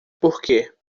porque